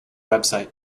website